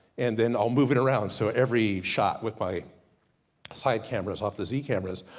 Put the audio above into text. and then i'll move it around, so every shot with my side camera's off the z cameras,